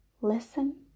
Listen